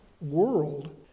world